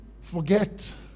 forget